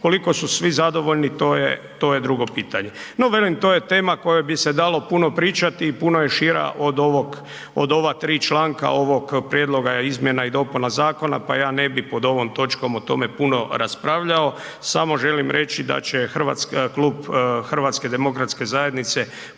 Koliko su svi zadovoljni, to je drugo pitanje no velim, to je tema o kojoj bi se dalo puno pričati i puno je šira od ova tri članka ovog prijedloga izmjena i dopuna zakona pa ja ne bi pod ovom točkom o tome puno raspravljao, samo želim reći da će klub HDZ-a podržati ove izmjene